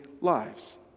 lives